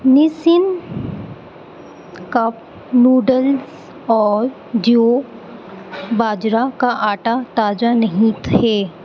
Nissin cup noodles اور جیو باجرا کا آٹا تازہ نہیں تھے